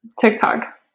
tiktok